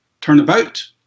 turnabout